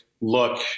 look